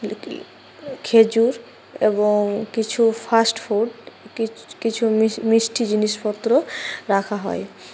খেজুর এবং কিছু ফাস্ট ফুড কিছু ম মিষ্টি জিনিসপত্র রাখা হয়